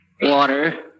Water